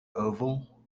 oval